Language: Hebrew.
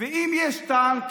ואם יש טנק?